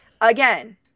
Again